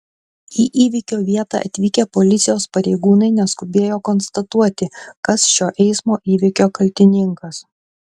į įvykio vietą atvykę policijos pareigūnai neskubėjo konstatuoti kas šio eismo įvykio kaltininkas